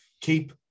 keep